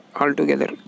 altogether